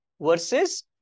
versus